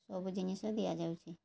ସବୁ ଜିନିଷ ଦିଆଯାଉଛି